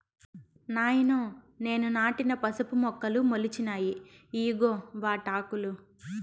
నాయనో నేను నాటిన పసుపు మొక్కలు మొలిచినాయి ఇయ్యిగో వాటాకులు